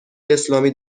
اسلامی